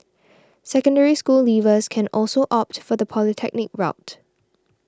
Secondary School leavers can also opt for the polytechnic route